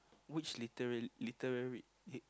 which literal~ literary eh